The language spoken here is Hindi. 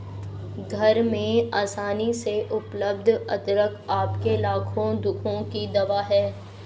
घर में आसानी से उपलब्ध अदरक आपके लाखों दुखों की दवा है